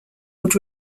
would